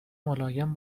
ملایم